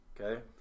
Okay